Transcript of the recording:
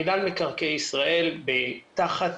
מינהל מקרקעי ישראל תחת